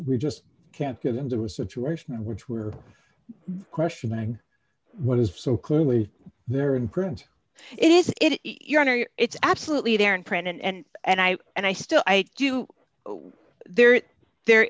we just can't get into a situation which we are questioning what is so clearly there in print it is it your honor it's absolutely there in print and and i and i still do there it there